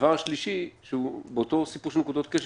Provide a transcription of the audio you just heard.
הדבר השלישי באותו עניין של נקודות כשל